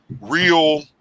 real